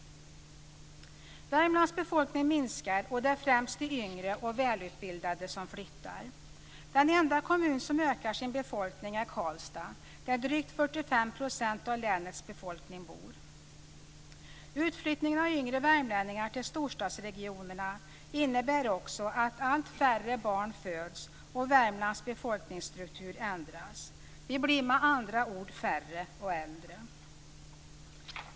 Värmlands befolkning minskar, och det är främst de yngre och välutbildade som flyttar. Den enda kommun som ökar sin befolkning är Karlstad, där drygt 45 % av länets befolkning bor. Utflyttningen av yngre värmlänningar till storstadsregionerna innebär också att allt färre barn föds och att Värmlands befolkningsstruktur ändras. Vi blir med andra ord färre och äldre.